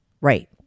Right